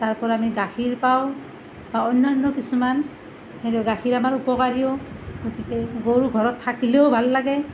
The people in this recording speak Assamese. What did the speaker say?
তাৰপৰা আমি গাখীৰ পাওঁ বা অন্যান্য কিছুমান গাখীৰ আমাৰ উপকাৰীও গতিকে গৰু ঘৰত থাকিলেও ভাল লাগে